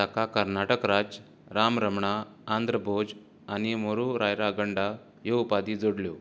ताका कर्नााटक राज्य राम रमणा आंध्र भोज आनी मुरू रायरा गंडा ह्यो उपाधी जोडल्यो